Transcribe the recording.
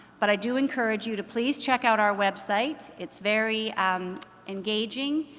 but i do encourage you to please check out our website, it's very um engaging,